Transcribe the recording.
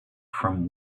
from